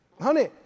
Honey